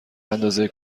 اندازه